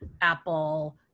Apple